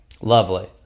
Lovely